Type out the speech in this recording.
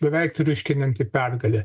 beveik triuškinanti pergalė